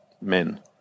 Men